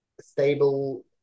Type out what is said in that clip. stable